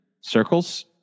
circles